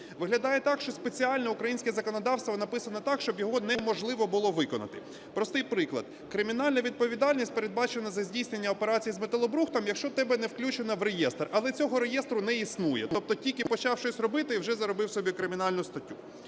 Виглядає так, що спеціально українське законодавство написано так, щоб його неможливо було виконати. Простий приклад: кримінальна відповідальність передбачена за здійснення операцій з металобрухтом, якщо тебе не включено в реєстр, але цього реєстру не існує. Тобто тільки почав щось робити, і вже заробив собі кримінальну статтю.